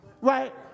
right